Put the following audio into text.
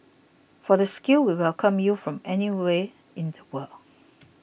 for the skilled we welcome you from anywhere in the world